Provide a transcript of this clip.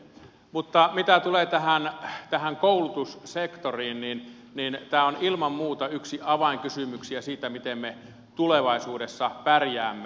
mutta mitä tulee tähän koulutussektoriin niin tämä on ilman muuta yksi avainkysymyksiä siinä miten me tulevaisuudessa pärjäämme